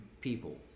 people